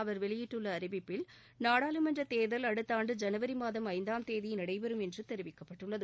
அவர் வெளியிட்டுள்ள அறிவிப்பில் நாடாளுமன்ற தேர்தல் அடுத்த ஆண்டு ஜனவரி மாதம் ஐந்தாம் தேதி நடைபெறும் என்று தெரிவிக்கப்பட்டுள்ளது